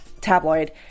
tabloid